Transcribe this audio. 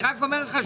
אני רק אומר לך,